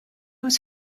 was